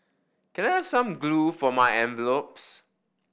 can I have some glue for my envelopes